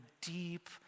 deep